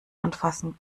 anfassen